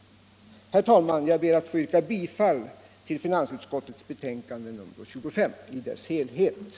Herr talman! Jag ber att få yrka bifall till utskottets hemställan i finansutskottets betänkande nr 25.